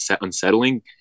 unsettling